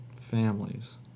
Families